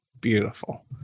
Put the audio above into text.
beautiful